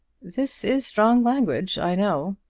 this is strong language, i know.